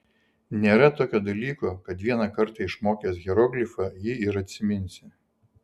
nėra tokio dalyko kad vieną kartą išmokęs hieroglifą jį ir atsiminsi